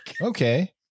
Okay